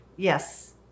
Yes